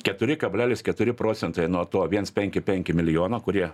keturi kablelis keturi procentai nuo to viens penki penki milijono kurie